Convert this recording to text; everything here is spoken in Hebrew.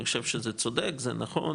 אני חושב שזה צודק, זה נכון